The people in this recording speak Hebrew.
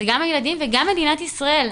זה גם הילדים וגם מדינת ישראל,